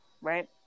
Right